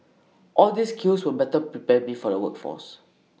all these skills will better prepare me for the workforce